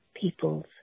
people's